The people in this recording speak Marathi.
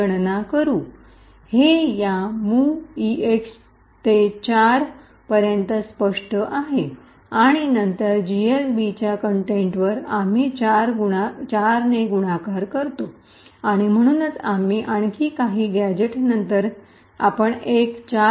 गणना करूया हे या मुव्ह EX ते 4 पर्यंत स्पष्ट आहे आणि नंतर जीएलबीच्या कंटेंटवर आम्ही 4 गुणाकार करतो आणि म्हणूनच आम्ही आणखी काही गॅझेटनंतर आपण एक 4